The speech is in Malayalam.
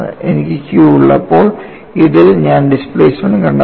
എനിക്ക് Q ഉള്ളപ്പോൾ ഇതിൽ ഞാൻ ഡിസ്പ്ലേസ്മെൻറ് കണ്ടെത്തണം